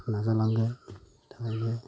नाजालांनो थाखायनो